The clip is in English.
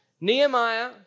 Nehemiah